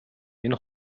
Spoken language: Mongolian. энэ